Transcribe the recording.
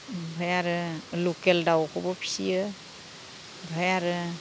ओमफाय आरो लकेल दाउखौबो फिसियो ओमफ्राय आरो